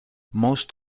most